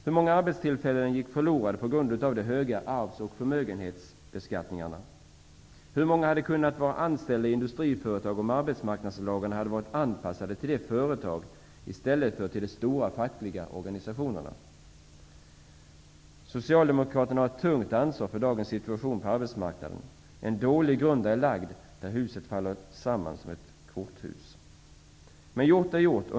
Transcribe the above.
Hur många arbetstillfällen gick förlorade på grund av de höga arvs och förmögenhetsskatterna? Hur många hade kunnat vara anställda i industriföretag om arbetsmarknadslagarna hade varit anpassade till små företag i stället för till stora fackliga organisationer? Socialdemokraterna har ett tungt ansvar för dagens situation på arbetsmarknaden. En dålig grund är lagd där ''huset'' faller samman som ett korthus. Men gjort är gjort.